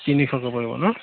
তিনিশকে পৰিব ন